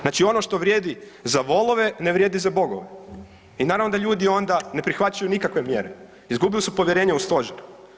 Znači ono što vrijedi za volove ne vrijedi za bogove i naravno da ljudi onda ne prihvaćaju nikakve mjere, izgubili su povjerenje u stožer.